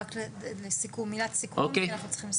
רק לסיכום, מילת סיכום כי אנחנו צריכים לסיים.